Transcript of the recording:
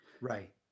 Right